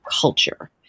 culture